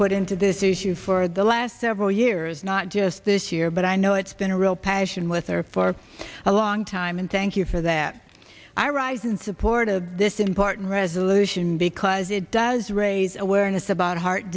put into this issue for the last several years not just this year but i know it's been a real passion with her for a long time and thank you for that i rise in support of this important resolution because it does raise awareness about heart